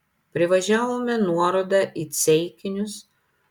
privažiavome nuorodą į ceikinius